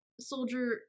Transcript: soldier